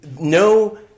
no